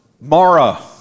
mara